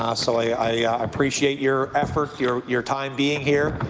um so i appreciate your efforts, your your time being here.